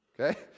okay